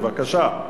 בבקשה.